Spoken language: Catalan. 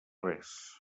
res